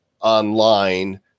online